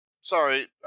Sorry